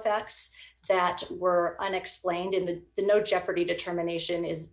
effects that were unexplained in the no jeopardy determination is